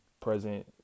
present